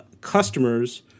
customers